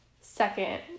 Second